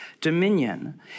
dominion